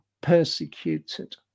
persecuted